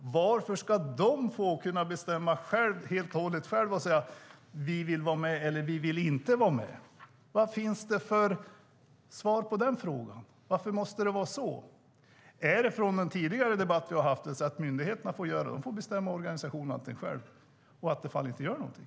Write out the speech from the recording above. Varför ska de helt och hållet själva få bestämma om de vill vara med eller inte? Vad finns det för svar på den frågan? Varför måste det vara så? Är det så att myndigheterna får bestämma organisation och allting själva och Attefall inte gör någonting?